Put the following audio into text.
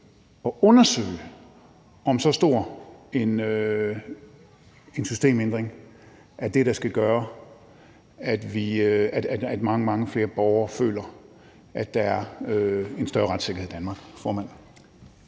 at undersøge, om så stor en systemændring er det, der skal gøre, at mange, mange flere borgere føler, at der er en større retssikkerhed i Danmark.